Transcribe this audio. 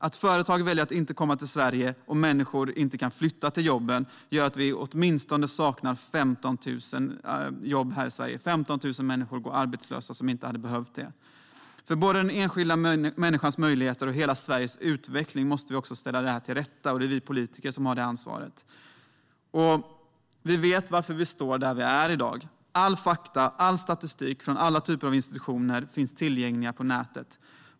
Att företag väljer att inte komma till Sverige och att människor inte kan flytta till jobben gör att åtminstone 15 000 människor i Sverige går arbetslösa som inte hade behövt göra det. För både den enskilda människans möjligheter och för hela Sveriges utveckling måste vi ställa detta till rätta, och det är vi politiker som har det ansvaret. Vi vet varför vi står där vi står i dag. Alla fakta och all statistik från alla typer av institutioner finns tillgängliga på nätet.